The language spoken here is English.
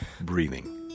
breathing